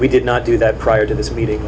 we did not do that prior to this meeting